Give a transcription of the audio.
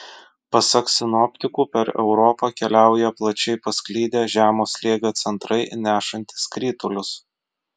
pasak sinoptikų per europą keliauja plačiai pasklidę žemo slėgio centrai nešantys kritulius